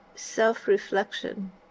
self-reflection